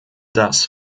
das